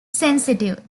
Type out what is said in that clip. sensitive